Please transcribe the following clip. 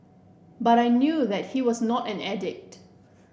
but I knew that he was not an addict